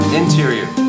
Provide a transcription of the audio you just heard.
interior